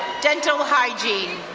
dental hygiene.